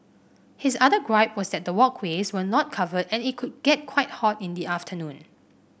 his other gripe was that the walkways were not covered and it could get quite hot in the afternoon